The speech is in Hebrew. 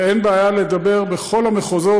ואין בעיה לדבר בכל המחוזות,